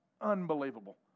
unbelievable